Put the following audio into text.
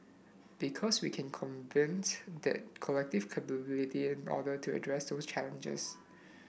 because we can convenes that collective capability in order to address those challenges